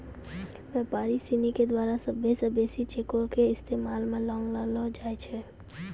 व्यापारी सिनी के द्वारा सभ्भे से बेसी चेको के इस्तेमाल मे लानलो जाय छै